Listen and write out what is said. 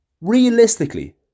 Realistically